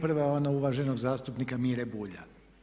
Prva je ona uvaženog zastupnika Mire Bulja.